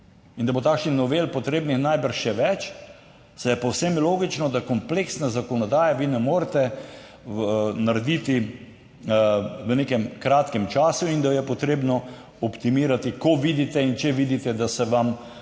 in da bo takšnih novel potrebnih najbrž še več, saj je povsem logično, da kompleksne zakonodaje vi ne morete narediti v nekem kratkem času, in da jo je potrebno optimirati. Ko vidite in če vidite, da se vam zadeve